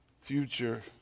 future